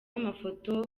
amafoto